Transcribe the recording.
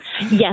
Yes